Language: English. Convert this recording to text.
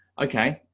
okay.